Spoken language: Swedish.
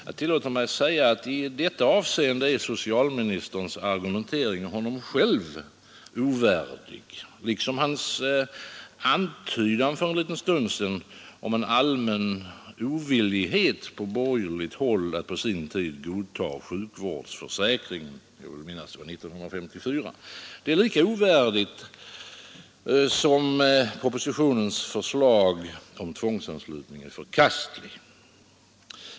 Jag tillåter mig säga att i detta avseende är socialministerns argumentering honom själv ovärdig. Och hans antydan för en liten stund sedan om en allmän ovillighet från borgerligt håll att på sin tid godta sjukvårdsförsäkringen — jag vill minnas att det var 1954 — är lika ovärdig som propositionens förslag om tvångsanslutning är förkastligt.